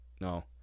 No